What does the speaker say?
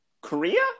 Korea